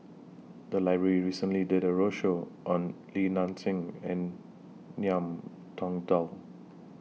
The Library recently did A roadshow on Li Nanxing and Ngiam Tong Dow